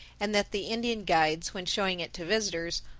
and that the indian guides, when showing it to visitors,